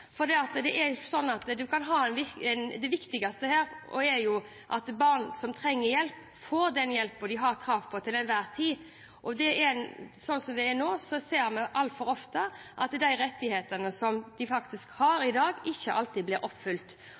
for det viktigste her er jo at barn som trenger hjelp, får den hjelpen de har krav på til enhver tid, og slik det er nå, ser vi altfor ofte at de rettighetene som de har i dag, ikke alltid blir oppfylt.